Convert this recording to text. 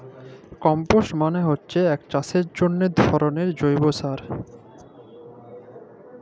compost মালে হচ্যে এক চাষের জন্হে ধরলের জৈব সার